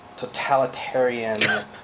Totalitarian